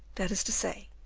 that is to say,